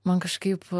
man kažkaip